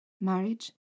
Marriage